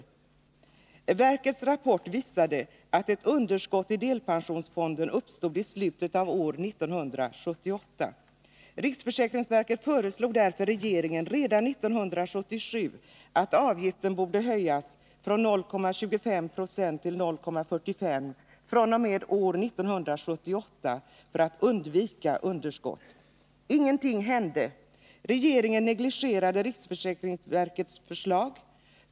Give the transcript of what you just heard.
Riksförsäkringsverkets rapport visade att ett underskott i delpensionsfonden uppstod i slutet av år 1978. Verket föreslog därför redan 1977 regeringen att avgiften skulle höjas från 0,25 96 till 0,45 96 fr.o.m. år 1978 för att man skulle undvika underskott. Ingenting hände. Regeringen negligerade riksförsäkringsverkets förslag.